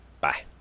Bye